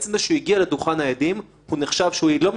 תמיד הוא יכול